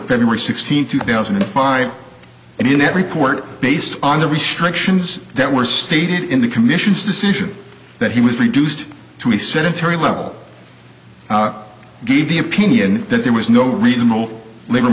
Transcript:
february sixteenth two thousand and five and in that report based on the restrictions that were stated in the commission's decision that he was reduced to a sedentary level gave the opinion that there was no reasonable l